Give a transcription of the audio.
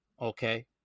Okay